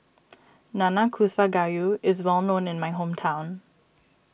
Nanakusa Gayu is well known in my hometown